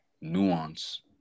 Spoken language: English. nuance